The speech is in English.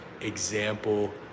example